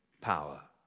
power